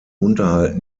unterhalt